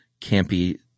campy